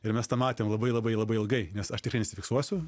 ir mes tą matėm labai labai labai ilgai nes aš tikrai nesifiksuosiu